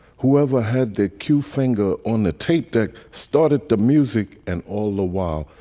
whoever had the cue finger on the tape deck started the music. and all the while,